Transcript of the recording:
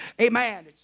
Amen